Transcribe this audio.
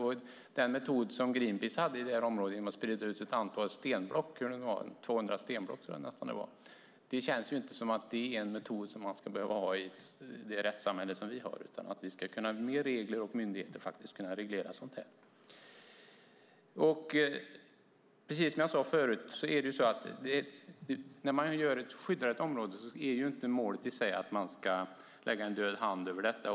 Greenpeace metod i området, att sprida ut ett antal stenblock - 200 stenblock tror jag att det var - känns inte som en metod som man ska behöva använda i ett rättssamhälle som vårt, utan vi ska med regler och myndigheter kunna reglera sådant här. Som jag sade förut: När man skyddar ett område är inte målet i sig att lägga en död hand över det.